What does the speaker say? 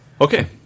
Okay